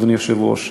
אדוני היושב-ראש,